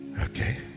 Okay